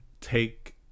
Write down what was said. take